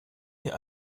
wir